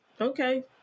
Okay